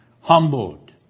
Humbled